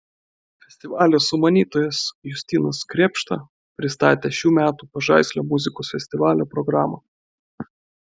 festivalio sumanytojas justinas krėpšta pristatė šių metų pažaislio muzikos festivalio programą